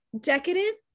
decadent